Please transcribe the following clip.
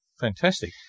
fantastic